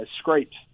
scraped